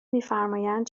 میفرمایند